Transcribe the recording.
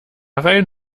rein